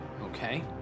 Okay